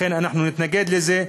לכן אנחנו נתנגד לזה,